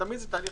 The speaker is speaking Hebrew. ותהליך